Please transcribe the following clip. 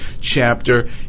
chapter